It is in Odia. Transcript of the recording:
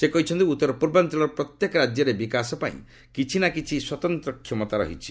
ସେ କହିଛନ୍ତି ଉତ୍ତର ପୂର୍ବାଞ୍ଚଳର ପ୍ରତ୍ୟେକ ରାଜ୍ୟରେ ବିକାଶ ପାଇଁ କିଛି ନ କିଛି ସ୍ୱତନ୍ତ୍ର କ୍ଷମତା ରହିଛି